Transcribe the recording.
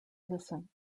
listen